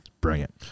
brilliant